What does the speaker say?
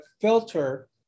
filter